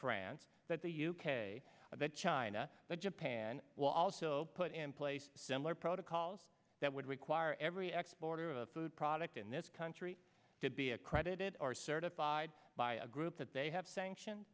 france that the u k that china that japan will also put in place similar protocols that would require every x border of a food product in this country to be accredited or certified by a group that they have sanction